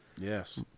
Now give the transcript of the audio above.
Yes